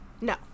No